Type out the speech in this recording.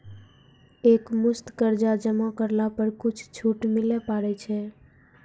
एक मुस्त कर्जा जमा करला पर कुछ छुट मिले पारे छै?